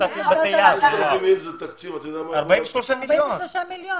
6,000 איש זה תקציב --- 43 מיליון.